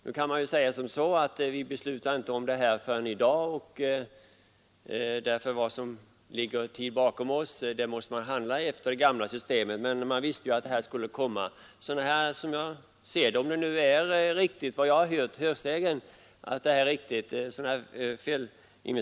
Det kan naturligtvis invändas att vi fattar beslut om detta först i dag och att man i fråga om sådant som i tid ligger bakom oss måste handla efter det gamla systemet. Men man visste ju att denna ändring skulle komma. Sådana felinveste Nr 75 ringar bör inte göras.